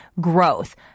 growth